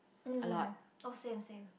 mm oh same same